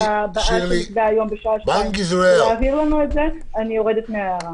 הבאה שנקבעה היום בשעה 14:00 ולהעביר לנו אני יורדת מההערה.